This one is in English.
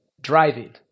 driving